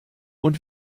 und